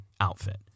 outfit